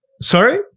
sorry